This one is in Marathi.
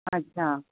अच्छा